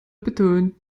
betont